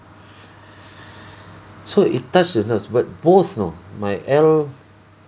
so it touched the nerves but both know my L